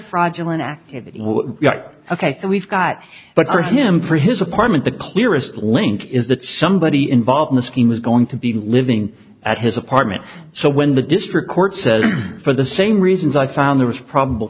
fraudulent activity ok we've got but for him for his apartment the clearest link is that somebody involved in the scheme is going to be living at his apartment so when the district court says for the same reasons i found there was probable